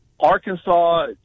Arkansas